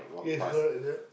yes correct yup